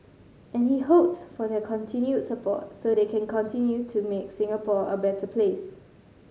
and he hoped for their continued support so they can continue to make Singapore a better place